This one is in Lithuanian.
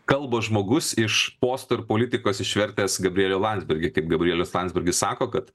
kalba žmogus iš posto ir politikos išvertęs gabrielių landsbergį kaip gabrielius landsbergis sako kad